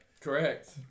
Correct